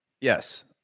Yes